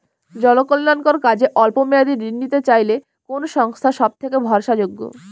জনকল্যাণকর কাজে অল্প মেয়াদী ঋণ নিতে চাইলে কোন সংস্থা সবথেকে ভরসাযোগ্য?